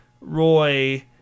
Roy